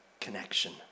Connection